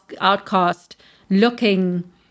outcast-looking